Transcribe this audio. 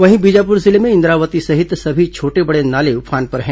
वहीं बीजापुर जिले में इंद्रावती सहित सभी छोटे बड़े नाले उफान पर हैं